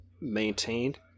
maintained